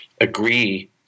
agree